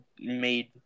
made